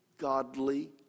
godly